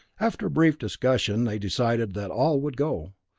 after a brief discussion, they decided that all would go,